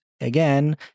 again